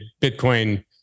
Bitcoin